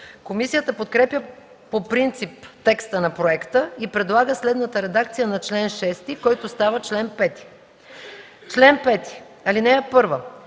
Комисията подкрепя по принцип текста на проекта и предлага следната редакция на чл. 5, който става чл. 4: „Чл. 4 (1)